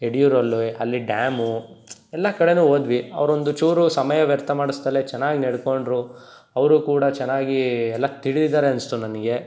ಯಡಿಯೂರಲ್ಲಿ ಅಲ್ಲಿ ಡ್ಯಾಮು ಎಲ್ಲ ಕಡೆ ಹೋದ್ವಿ ಅವ್ರು ಒಂದು ಚೂರು ಸಮಯ ವ್ಯರ್ಥ ಮಾಡಸ್ದೇ ಚೆನ್ನಾಗಿ ನಡ್ಕೊಂಡರು ಅವರು ಕೂಡ ಚೆನ್ನಾಗಿ ಎಲ್ಲ ತಿಳಿದಿದ್ದಾರೆ ಅನಿಸ್ತು ನನಗೆ